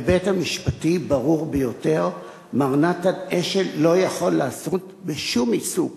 ההיבט המשפטי ברור ביותר: מר נתן אשל לא יכול לעסוק בשום עיסוק